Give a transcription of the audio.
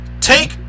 Take